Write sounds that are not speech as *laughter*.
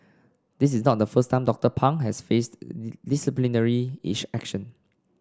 this is not the first time Doctor Pang has faced disciplinary *unintelligible* action